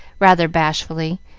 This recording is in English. rather bashfully,